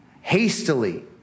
hastily